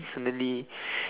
suddenly